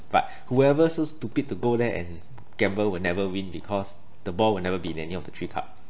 but whoever so stupid to go there and gamble will never win because the ball will never be in any of the three cup